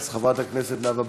אז חברת הכנסת נאוה בוקר.